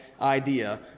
idea